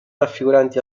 raffiguranti